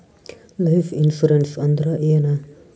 Life insurance ಅಂದ್ರ ಏನ?